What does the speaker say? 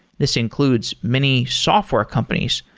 this includes many software companies.